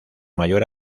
mayor